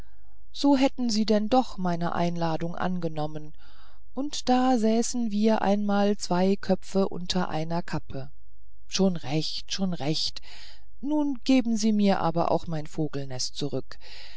so hätten sie denn doch meine einladung angenommen und da säßen wir einmal zwei köpfe unter einer kappe schon recht schon recht nun geben sie mir aber auch mein vogelnest zurück